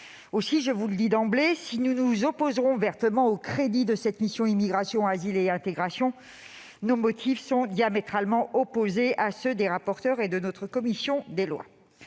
Aussi, je vous le dis d'emblée, si nous nous opposons vertement aux crédits de cette mission « Immigration, asile et intégration », nos motifs sont diamétralement opposés à ceux des rapporteurs et de la commission des lois.